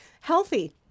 healthy